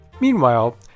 Meanwhile